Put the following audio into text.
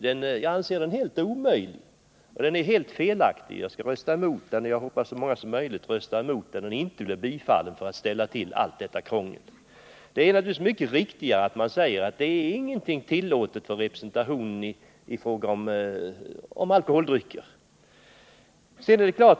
Jag anser den vara helt omöjlig och helt felaktig. Jag skall rösta emot den och hoppas att så många som möjligt röstar emot den, så att den inte bifalls och ställer till allt detta krångel. Det är naturligtvis mycket riktigare att man säger att avdrag inte beviljas för några alkoholdrycker i samband med representation.